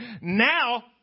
Now